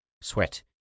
sweat